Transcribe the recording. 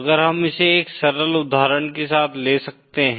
अगर हम इसे एक सरल उदाहरण के साथ ले सकते हैं